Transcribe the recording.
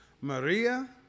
Maria